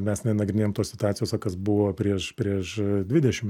mes nenagrinėjom tos situacijos o kas buvo prieš prieš dvidešim